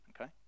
okay